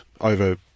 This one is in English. over